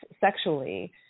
sexually